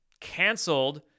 canceled